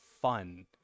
fun